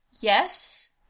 Yes